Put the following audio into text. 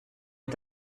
est